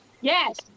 Yes